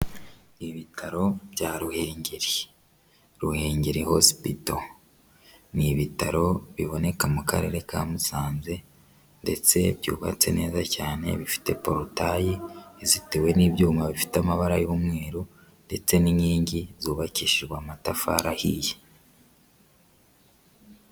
Ibitaro bya ruhengeri. Ruhengeri Hospital. Ni ibitaro biboneka mu Karere ka Musanze, ndetse byubatse neza cyane bifite porutaye izitewe n'ibyuma bifite amabara y'umweru, ndetse n'inkingi zubakishijwe amatafari ahiye.